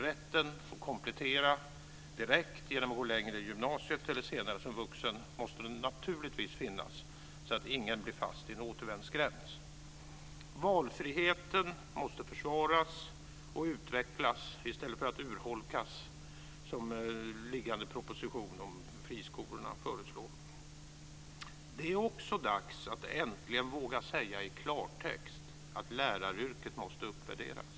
Rätten att komplettera direkt genom att gå längre i gymnasiet eller senare som vuxen måste naturligtvis finnas så att ingen blir fast i en återvändsgränd. Valfriheten måste försvaras och utvecklas i stället för att urholkas som den liggande propositionen om friskolorna föreslår. Det är också dags att äntligen våga säga i klartext att läraryrket måste uppvärderas.